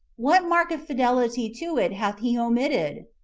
what mark of fidelity to it hath he omitted?